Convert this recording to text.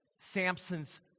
samson's